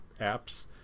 apps